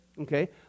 okay